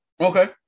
Okay